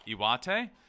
iwate